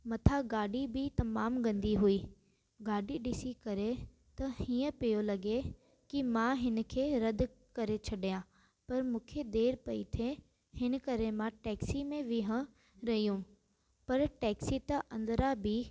मथां गाॾी बि तमामु गंदी हुई गाॾी ॾिसी करे त हीअं पियो लॻे की मां हिन खे रदि करे छॾियां पर मूंखे देरि पेई थिए हिन करे मां टैक्सी में वेही रहियमि पर टैक्सी त अंदिरां बि